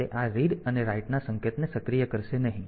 તેથી તે આ રીડ અને રાઈટ ના સંકેતને સક્રિય કરશે નહીં